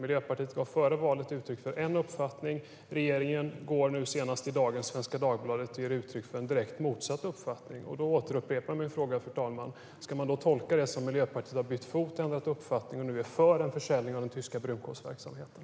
Miljöpartiet gav före valet uttryck för en uppfattning. Regeringen ger nu, senast i dagens Svenska Dagbladet, uttryck för en direkt motsatt uppfattning. Därför upprepar jag min fråga: Ska man tolka detta som att Miljöpartiet har bytt fot, ändrat uppfattning och nu är för en försäljning av den tyska brunkolsverksamheten?